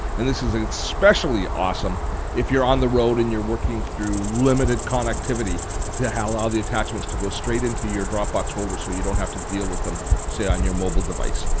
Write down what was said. and this is especially awesome if you're on the road and you're working through limited connectivity to allow the attachments to go straight into your dropbox folder so you don't have to deal with them say on your mobile device.